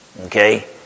okay